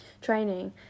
training